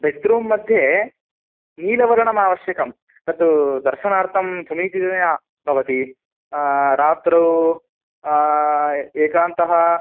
बेड्रूम्मध्ये नीलवर्णमावश्यकं तत् दर्शनार्थं समीचीनतया भवति रात्रौ एकान्तः